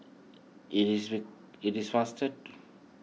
it is it is faster